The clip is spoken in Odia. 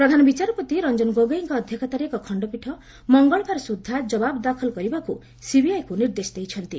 ପ୍ରଧାନ ବିଚାରପତି ରଞ୍ଜନ ଗୋଗେଇଙ୍କ ଅଧ୍ୟକ୍ଷତାରେ ଏକ ଖଣ୍ଡପୀଠ ମଙ୍ଗଳବାର ସୁଦ୍ଧା ଜବାବ ଦାଖଲ କରିବାକୁ ସିବିଆଇକୁ ନିର୍ଦ୍ଦେଶ ଦେଇଛନ୍ତି